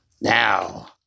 Now